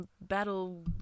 battle